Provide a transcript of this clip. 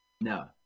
No